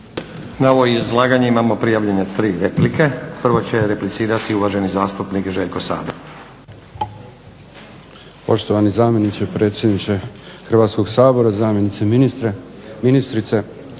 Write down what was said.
Na ovo izlaganje imamo prijavljene tri replike. Prvo će replicirati uvaženi zastupnik Željko Sabo. **Sabo, Željko (SDP)** Poštovani zamjeniče, predsjedniče Hrvatskog sabora, zamjenice ministra. Gospodine